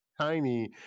tiny